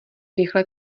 rychle